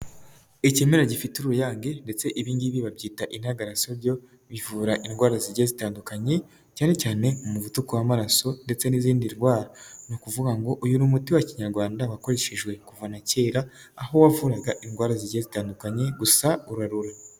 Ikimera gifite uruyange ndetse ibingibi babyita intagarasoryo, bivura indwara zijya zitandukanye cyane cyane umuvuduku w'amaraso ndetse n'izindi ndwara. Ni ukuvuga ngo uyu ni umuti wa Kinyarwanda wakoreshejwe kuva na kera, aho wavuraga indwara zigiye zitandukanye gusa urarura.